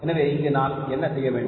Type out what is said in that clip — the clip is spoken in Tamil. எனவே இங்கே நான் என்ன செய்ய வேண்டும்